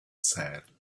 said